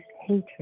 hatred